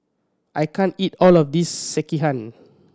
I can't eat all of this Sekihan